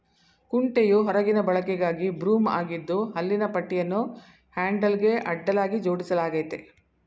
ಕುಂಟೆಯು ಹೊರಗಿನ ಬಳಕೆಗಾಗಿ ಬ್ರೂಮ್ ಆಗಿದ್ದು ಹಲ್ಲಿನ ಪಟ್ಟಿಯನ್ನು ಹ್ಯಾಂಡಲ್ಗೆ ಅಡ್ಡಲಾಗಿ ಜೋಡಿಸಲಾಗಯ್ತೆ